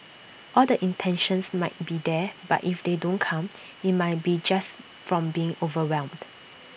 all the intentions might be there but if they don't come IT might be just from being overwhelmed